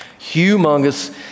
humongous